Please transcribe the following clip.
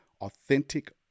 authentic